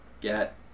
get